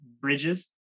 bridges